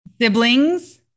Siblings